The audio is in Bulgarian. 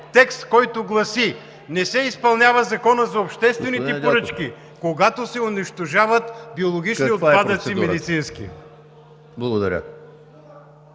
текст, който гласи: „Не се изпълнява Законът за обществените поръчки, когато се унищожават биологични медицински отпадъци.“